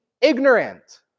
ignorant